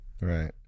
Right